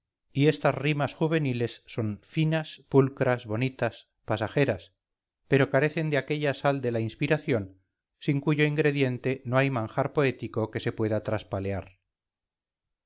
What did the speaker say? y estas rimas juveniles son finas pulcras bonitas pasajeras pero carecen de aquella sal de la inspiración sin cuyo ingrediente no hay manjar poético que se pueda traspalear